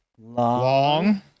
Long